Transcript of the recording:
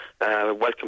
welcome